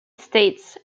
states